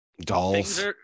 dolls